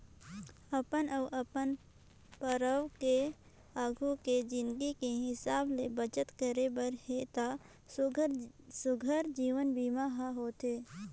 अपन अउ अपन परवार के आघू के जिनगी के हिसाब ले बचत करे बर हे त सुग्घर जीवन बीमा हर होथे